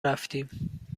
رفتیم